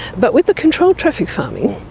but with the controlled traffic farming,